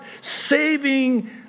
saving